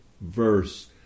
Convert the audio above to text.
verse